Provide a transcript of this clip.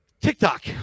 TikTok